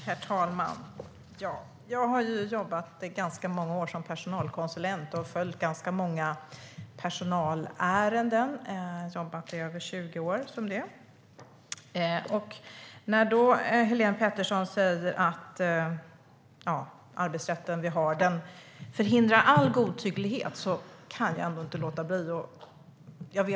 Herr talman! Jag har jobbat i över 20 år som personalkonsulent och följt ganska många personalärenden. När Helén Pettersson säger att den arbetsrätt vi har förhindrar all godtycklighet kan jag inte låta bli att ta replik.